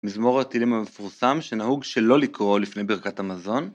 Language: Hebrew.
מזמור הטילים המפורסם שנהוג שלא לקרוא לפני ברכת המזון